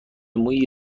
مویی